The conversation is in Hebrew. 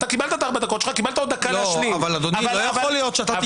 גם בדיון שבו אתה